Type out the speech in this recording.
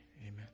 Amen